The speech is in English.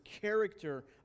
character